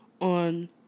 on